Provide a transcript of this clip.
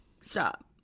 stop